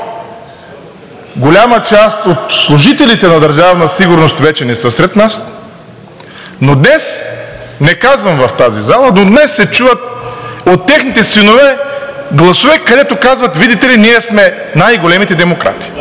голяма част от служителите на Държавна сигурност вече не са сред нас, но днес, не казвам в тази зала, се чуват от техните синове гласове, които казват – видите ли, ние сме най-големите демократи.